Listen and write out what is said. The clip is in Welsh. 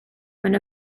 mewn